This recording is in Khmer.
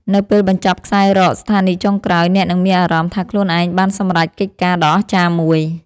នៅពេលបញ្ចប់ខ្សែរ៉កស្ថានីយចុងក្រោយ អ្នកនឹងមានអារម្មណ៍ថាខ្លួនឯងបានសម្រេចកិច្ចការដ៏អស្ចារ្យមួយ។